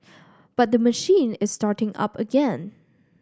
but the machine is starting up again